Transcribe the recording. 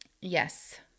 Yes